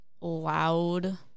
loud